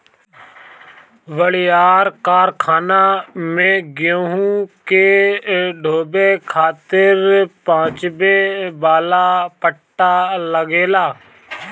बड़ियार कारखाना में गेहूं के ढोवे खातिर पहुंचावे वाला पट्टा लगेला